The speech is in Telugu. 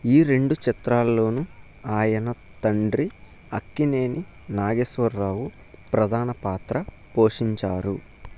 ఈ రెండు చిత్రాల్లోనూ ఆయన తండ్రి అక్కినేని నాగేశ్వరరావు ప్రధాన పాత్ర పోషించారు